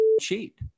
cheat